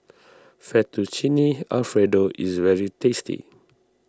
Fettuccine Alfredo is very tasty